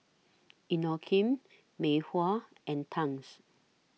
Inokim Mei Hua and Tangs